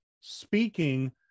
speaking